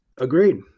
agreed